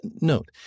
Note